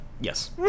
Yes